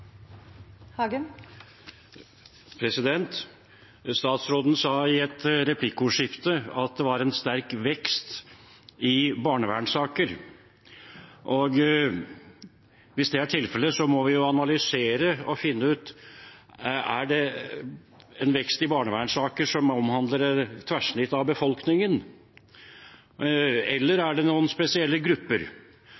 med. Statsråden sa i et replikkordskifte at det var en sterk vekst i barnevernssaker. Hvis det er tilfellet, må vi analysere og finne ut: Er det en vekst i barnevernssaker som omhandler et tverrsnitt av befolkningen, eller